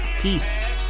Peace